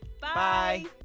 Bye